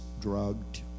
drugged